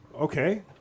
Okay